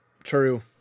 true